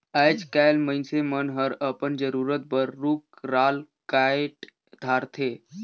आयज कायल मइनसे मन हर अपन जरूरत बर रुख राल कायट धारथे